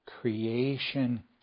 creation